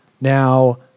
Now